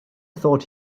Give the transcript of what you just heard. thought